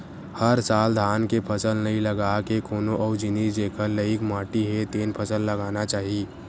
हर साल धान के फसल नइ लगा के कोनो अउ जिनिस जेखर लइक माटी हे तेन फसल लगाना चाही